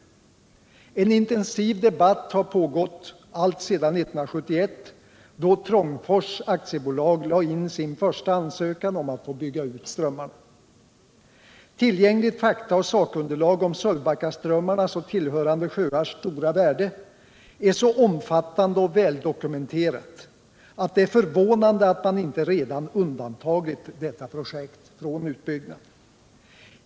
En = riksplaneringen för intensiv debatt har pågått alltsedan 1971, då Trångfors AB lade in sin vattendrag i norra första ansökan om att få bygga ut strömmarna. Tillgängligt faktaoch Svealand och sakunderlag om Sölvbackaströmmarnas och tillhörande sjöars stora värde Norrland är så omfattande och väldokumenterat att det är förvånande att man inte redan undantagit detta projekt från utbyggnad.